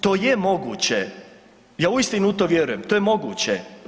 To je moguće i ja uistinu u to vjerujem, to je moguće.